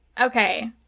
okay